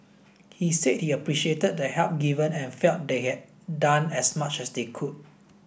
he said he appreciated the help given and felt they had done as much as they could